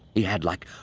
he had, like,